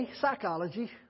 psychology